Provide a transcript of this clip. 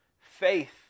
faith